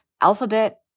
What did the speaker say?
Alphabet